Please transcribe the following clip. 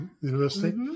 university